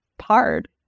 hard